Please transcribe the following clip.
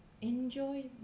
enjoy